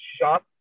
shop